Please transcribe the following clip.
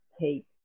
take